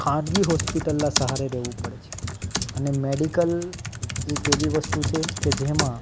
ખાનગી હોસ્પિટલના સહારે રહેવું પડે છે અને મેડિકલ એક એવી વસ્તુ છે કે જેમાં